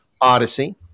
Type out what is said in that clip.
Odyssey